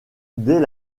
dès